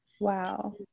Wow